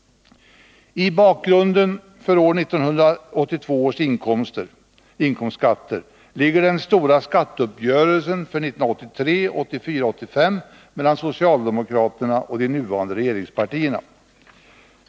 I bakgrunden för 1982 års inkomstskatter ligger den stora skatteuppgörelsen för åren 1983, 1984 och 1985 mellan socialdemokraterna och de SE nuvarande regeringspartierna.